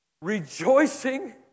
Rejoicing